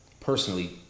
personally